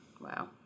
Wow